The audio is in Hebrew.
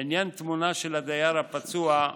לעניין תמונה של הדייר הפצוע,